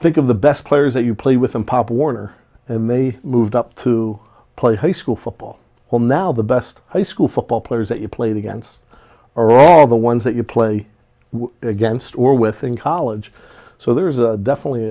that think of the best players that you play with in pop warner and they moved up to play high school football well now the best high school football players that you played against are all the ones that you play against or with in college so there's a definitely